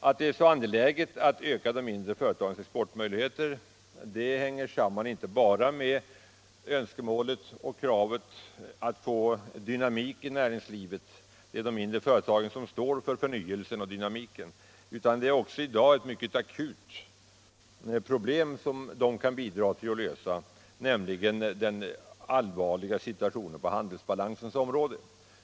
Att det är så angeläget att öka de mindre företagens exportmöjligheter hänger samman inte bara med önskemålet och kravet om dynamik i näringslivet — de mindre företagen står för förnyelsen och dynamiken — utan också med ett i dag akut problem som de kan bidra till att lösa, nämligen den allvarliga situationen för handelsbalansen.